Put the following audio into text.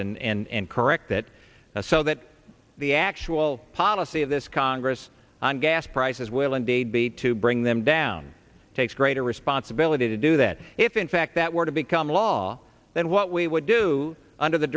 in correct that a so that the actual policy of this congress on gas prices will indeed be to bring them down takes greater responsibility to do that if in fact that were to become law then what we would do under the